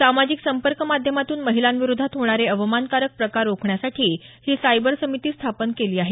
सामाजिक संपर्क माध्यमातून महिलांविरोधात होणारे अवमानकारक प्रकार रोखण्यासाठी ही सायबर समिती स्थापन केली आहे